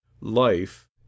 Life